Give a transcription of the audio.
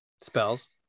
spells